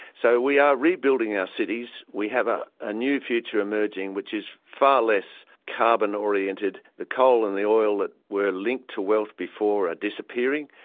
so we are rebuilding our cities, we have a ah new future emerging which is far less carbon oriented. the coal and the oil that were linked to wealth before are disappearing.